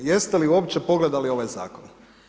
Jeste li uopće pogledali ovaj zakon?